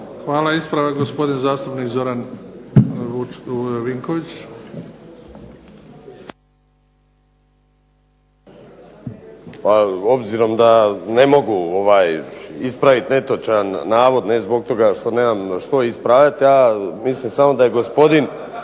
Hvala. Ispravak, gospodin zastupnik Zoran Vinković. **Vinković, Zoran (SDP)** Pa obzirom da ne mogu ispravit netočan navod, ne zbog toga što nemam što ispravljat, ja mislim samo da je gospodin…